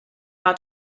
how